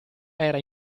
era